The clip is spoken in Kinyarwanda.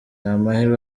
amahirwe